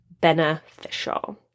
beneficial